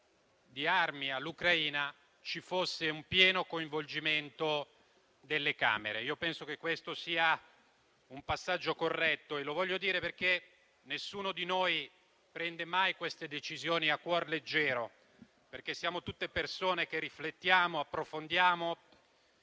di armi all'Ucraina ci fosse un pieno coinvolgimento delle Camere. Penso che questo sia un passaggio corretto e desidero dirlo perché nessuno di noi prende mai queste decisioni a cuor leggero, perché siamo tutte persone che riflettono e approfondiscono;